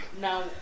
Now